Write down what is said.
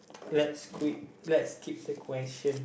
okay let's quit let's skip the question